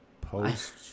Post